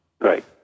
right